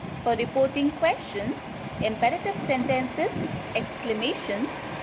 for reporting questions, imperative sentences, exclamations,